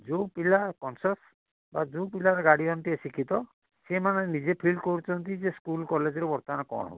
ଯେଉଁ ପିଲା କନ୍ସିୟସ୍ ବା ଯେଉଁ ପିଲାର ଗାର୍ଡ଼ିଆନ୍ ଟିକେ ଶିକ୍ଷିତ ସେଇମାନେ ନିଜେ ଫିଲ୍ କରୁଛନ୍ତି ଯେ ସ୍କୁଲ କଲେଜରେ ବର୍ତ୍ତମାନ କ'ଣ ହେଉଛି